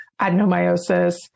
adenomyosis